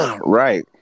Right